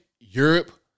Europe